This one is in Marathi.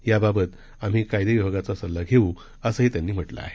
याबाबत आम्ही कायदे विभागाचा सल्ला घेऊ असंही त्यांनी म्हटलं आहे